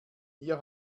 hier